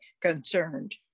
concerned